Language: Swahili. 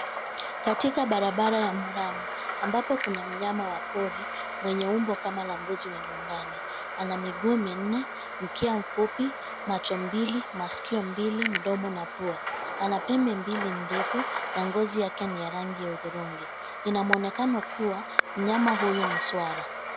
Katika barabara ya murram , ambapo kuna mnyama wa pori, mwenye umbo kama la mbuzi wa nyumbani. Ana miguu minne, mkia mfupi, macho mbili, masikio mbili, mdomo na pua. Ana pembe mbili ndefu na ngozi yake ni ya rangi ya hudhurungi. Ina mwonekano kuwa mnyama huyu ni swara.